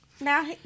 now